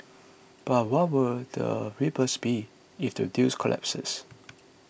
but what would the ripples be if the deal collapses